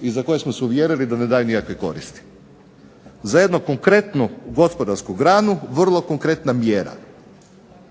i za koje smo se uvjerili da ne daju nikakve koristi. Za jednu konkretnu gospodarsku granu vrlo konkretna mjera.